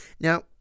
Now